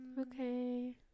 Okay